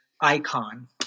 icon